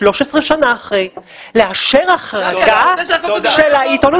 13 שנה אחרי, לאשר החרגה של העיתונות?